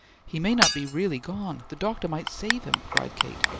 he may not be really gone! the doctor might save him! cried kate.